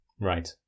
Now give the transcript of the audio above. Right